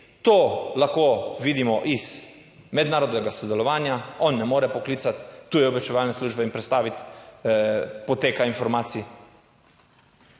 To lahko vidimo iz mednarodnega sodelovanja. On ne more poklicati tuje obveščevalne službe in predstaviti poteka informacij,